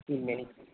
نہیں